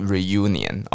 Reunion